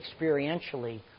experientially